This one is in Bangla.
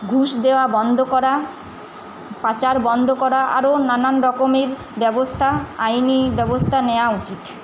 ঘুষ দেয়া বন্ধ করা পাচার বন্ধ করা আরও নানান রকমের ব্যবস্থা আইন আইনি ব্যবস্থা নেওয়া উচিৎ